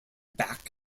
back